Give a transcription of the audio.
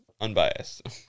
unbiased